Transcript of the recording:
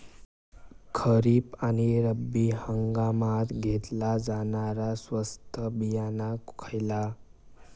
खरीप आणि रब्बी हंगामात घेतला जाणारा स्वस्त बियाणा खयला?